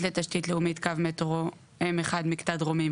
לתשתית לאומית קו מטרוM1 מקטע דרומי,